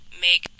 make